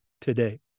today